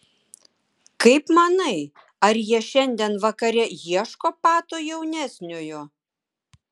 kaip manai ar jie šiandien vakare ieško pato jaunesniojo